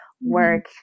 work